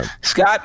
Scott